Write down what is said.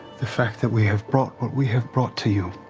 the fact that we have brought what we have brought to you